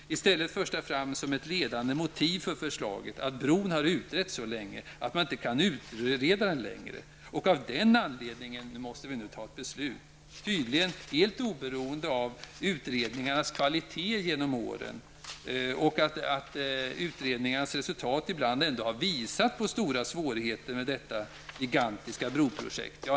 I stället förs det fram som ett ledande motiv för förslaget att frågan om bron har utretts så länge att man inte kan utreda den längre och att vi av den anledningen nu måste fatta ett beslut. Tydligen skall detta ske helt oberoende av utredningarnas kvalitet genom åren och oberoende av att utredningarnas resultat ibland ändå har visat på stora svårigheter med detta gigantiska broprojekt.